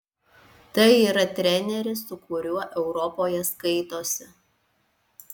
tai yra treneris su kuriuo europoje skaitosi